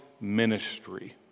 ministry